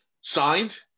signed